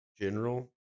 general